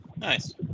Nice